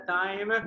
time